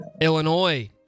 Illinois